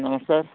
ନମସ୍କାର